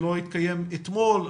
שלא התקיים אתמול.